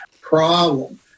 problem